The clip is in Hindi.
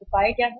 उपाय क्या है